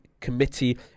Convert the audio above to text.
committee